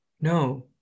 No